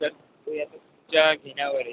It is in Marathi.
सर ते असं तुमच्या घेण्यावर आहे